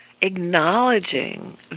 acknowledging